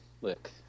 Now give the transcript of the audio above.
Look